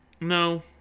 No